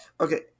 Okay